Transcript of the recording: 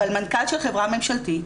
אבל מנכ"ל של חברה ממשלתית